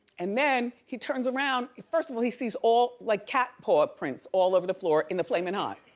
and then he turns around. first of all, he sees all like cat paw ah prints all over the floor in the flaming hot.